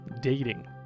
dating